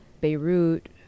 Beirut